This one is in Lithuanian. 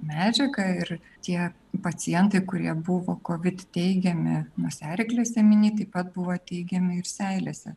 medžiagą ir tie pacientai kurie buvo kovid teigiami nosiaryklės ėminy taip pat buvo teigiami ir seilėse